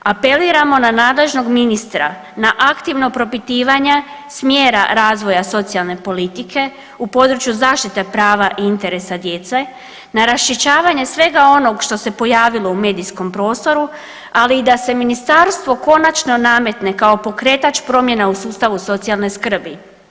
Apeliramo na nadležnog ministra na aktivno propitivanje smjera razvoja socijalne politike u području zašite prava interesa djece, na raščišćavanje svega onog što se pojavilo u medijskom prostoru, ali i da se ministarstvo konačno namete kao pokretač promjena u sustavu socijalne skrbi.